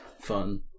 fun